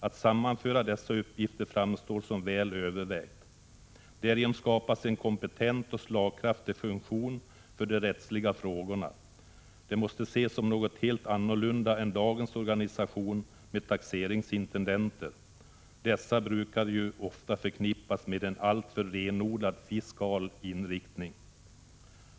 Att sammanföra dessa uppgifter framstår som väl övervägt. Därigenom skapas en kompetent och slagkraftig funktion för de rättsliga frågorna. Denna måste ses som något helt annat än dagens organisation med taxeringsintendenter. Dessa brukar ju ofta förknippas med en -— alltför — renodlat fiskal inriktning.